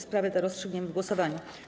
Sprawę tę rozstrzygniemy w głosowaniu.